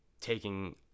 taking